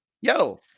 Yo